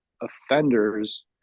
offenders